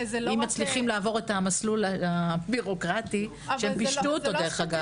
אם מצליחים לעבור את המסלול הבירוקרטי שפישטו אותו דרך אגב.